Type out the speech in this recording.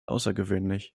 außergewöhnlich